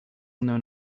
known